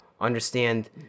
understand